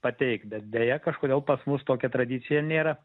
pateikt bet deja kažkodėl pas mus tokia tradicija nėra